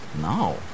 No